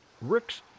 Rick's